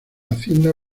hacienda